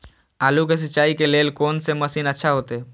आलू के सिंचाई के लेल कोन से मशीन अच्छा होते?